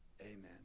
Amen